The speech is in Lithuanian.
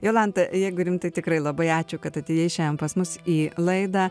jolanta jeigu rimtai tikrai labai ačiū kad atėjai šiandien pas mus į laidą